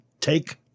Take